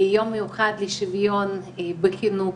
יום מיוחד לשוויון בחינוך